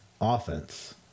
offense